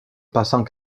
passant